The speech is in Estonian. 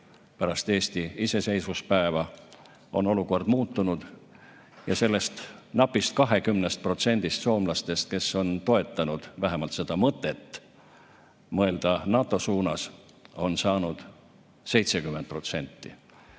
pärast Eesti iseseisvuspäeva on olukord muutunud. Sellest napist 20% soomlastest, kes on toetanud vähemalt mõtet mõelda NATO suunas, on saanud 70%.